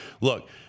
look